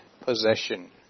possession